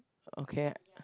okay